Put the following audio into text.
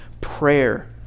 prayer